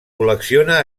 col·lecciona